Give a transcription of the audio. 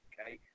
Okay